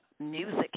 music